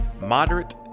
moderate